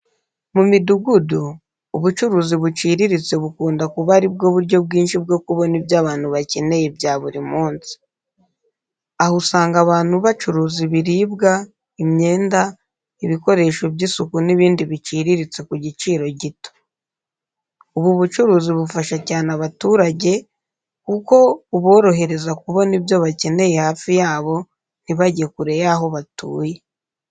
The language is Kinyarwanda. Mu midugudu, ubucuruzi buciriritse bukunda kuba ari bwo buryo bwinshi bwo kubona ibyo abantu bakeneye bya buri munsi. Aha usanga abantu bacuruza ibiribwa, imyenda, ibikoresho by’isuku n’ibindi biciriritse ku giciro gito. Ubu bucuruzi bufasha cyane abaturage kuko buborohereza kubona ibyo bakeneye hafi yabo, ntibajye kure y’aho batuye.